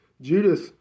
Judas